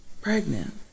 pregnant